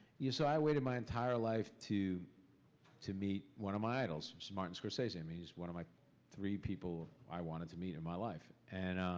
so i waited my entire life to to meet one of my idols, which is martin scorsese, i mean he's one of my three people i wanted to meet in my life. and